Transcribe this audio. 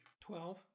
twelve